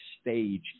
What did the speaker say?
stage